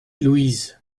louise